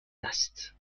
است